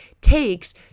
takes